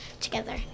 together